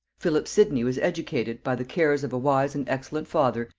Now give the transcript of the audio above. philip sidney was educated, by the cares of a wise and excellent father,